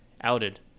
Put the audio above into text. outed